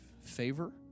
Favor